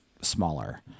smaller